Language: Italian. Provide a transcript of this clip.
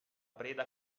preda